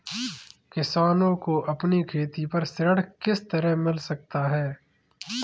किसानों को अपनी खेती पर ऋण किस तरह मिल सकता है?